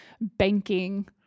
banking